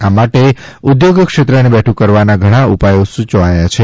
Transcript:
આ માટે ઉદ્યોગ ક્ષેત્રને બેઠું કરવાના ઘણા ઉપાયો સૂચવાયા છે